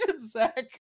Zach